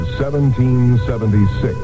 1776